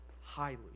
highly